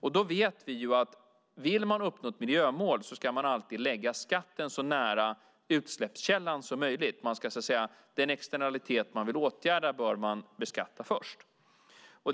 Vi vet att man om man vill uppnå ett miljömål alltid ska lägga skatten så nära utsläppskällan som möjligt. Den externalitet man vill åtgärda bör man alltså beskatta först.